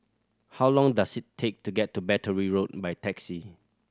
how long does it take to get to Battery Road by taxi